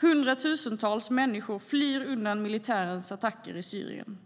Hundratusentals människor flyr undan militärens attacker i Syrien.